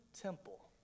temple